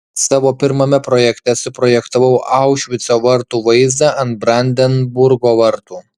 savo pirmame projekte suprojektavau aušvico vartų vaizdą ant brandenburgo vartų